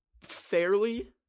fairly